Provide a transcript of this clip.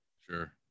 Sure